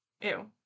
Ew